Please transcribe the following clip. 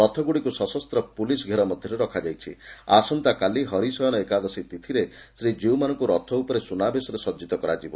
ରଥଗୁଡିକ୍ ସଶସ୍ତ ପୋଲିସ ଘେର ମଧ୍ଧରେ ରଖାଯାଇଛି ଆସନ୍ତାକାଲି ହରିଶୟନ ଏକାଦଶୀ ତିଥିରେ ଶ୍ରୀକୀଉମାନଙ୍କୁ ରଥ ଉପରେ ସୁନାବେଶରେ ସଜିତ କରାଯିବ